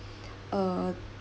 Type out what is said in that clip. uh